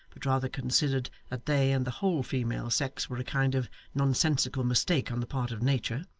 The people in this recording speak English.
but rather considered that they and the whole female sex were a kind of nonsensical mistake on the part of nature,